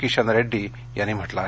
किशन रेड्डी यांनी म्हटलं आहे